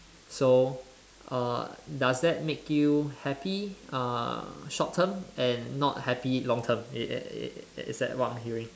so uh does that make you happy uh short term and not happy long term i~ i~ i~ is that what I'm hearing